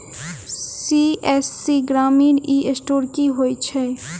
CSC ग्रामीण e store की होइ छै?